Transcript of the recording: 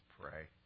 pray